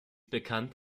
bekannt